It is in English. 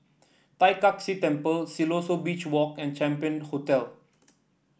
Tai Kak Seah Temple Siloso Beach Walk and Champion Hotel